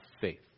faith